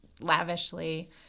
lavishly